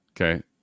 Okay